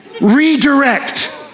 redirect